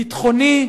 ביטחוני,